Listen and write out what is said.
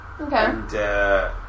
Okay